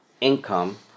income